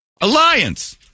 Alliance